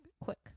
quick